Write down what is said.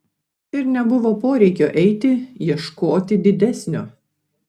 ir nebuvo poreikio eiti ieškoti didesnio